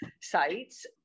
sites